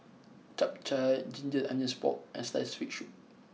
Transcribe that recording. Chap Chai Ginger Onions Pork and Sliced Fish Soup